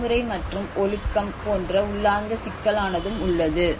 நடைமுறை மற்றும் ஒழுக்கம் போன்ற உள்ளார்ந்த சிக்கலானதும் உள்ளது